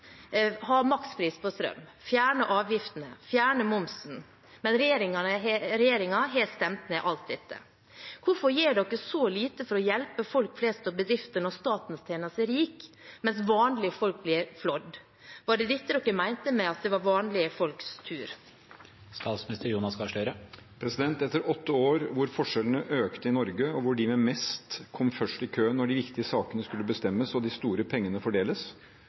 ha makspris på strøm, fjerne avgiftene, fjerne momsen – men regjeringen har stemt ned alt dette. Hvorfor gjør regjeringen så lite for å hjelpe folk flest og bedrifter når staten tjener seg rik, mens vanlige folk blir flådd? Var det dette regjeringen mente med at det var vanlige folks tur? Etter åtte år hvor forskjellene økte i Norge, og hvor de med mest kom først i køen når de viktige sakene skulle bestemmes og de store pengene fordeles,